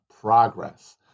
progress